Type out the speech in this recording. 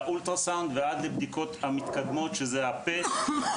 אולטרסאונד, PET,